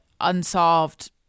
unsolved